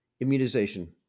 immunization